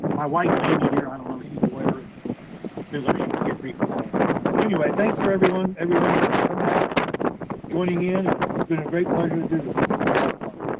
my wife may be here, i don't know, she's a lawyer and depends on if she can get free from clients or not, but anyway, thanks for everyone, everyone for coming out, and joining in, and it's been a great pleasure to do this, this has been a lot of fun.